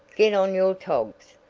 get on your togs.